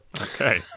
Okay